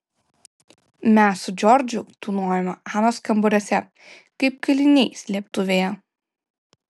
mes su džordžu tūnojome anos kambariuose kaip kaliniai slėptuvėje